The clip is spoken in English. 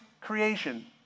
creation